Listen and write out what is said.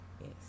Yes